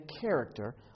character